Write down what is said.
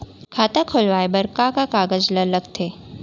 खाता खोलवाये बर का का कागज ल लगथे?